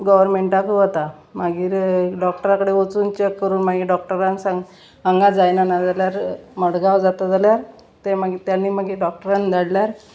गव्हर्मेंटांक वता मागीर डॉक्टरा कडेन वचून चॅक करून मागीर डॉक्टरान सांग हांगा जायना नाजाल्यार मडगांव जाता जाल्यार ते मागीर ताणी मागीर डॉक्टरान धाडल्यार